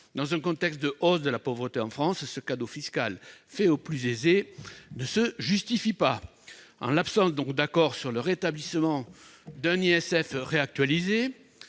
Dans un contexte de hausse de la pauvreté en France, ce cadeau fiscal fait aux plus aisés n'a pas de justification. En l'absence d'accord sur le rétablissement d'un impôt